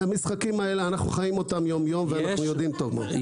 אנחנו חיים יום-יום את המשחקים האלה ואנחנו יודעים טוב מאוד.